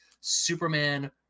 Superman